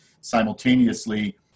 Simultaneously